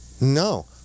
No